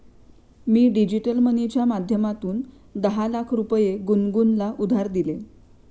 मी digital मनीच्या माध्यमातून दहा लाख रुपये गुनगुनला उधार दिले